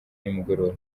nimugoroba